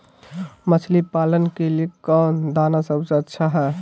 मछली पालन के लिए कौन दाना सबसे अच्छा है?